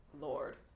Lord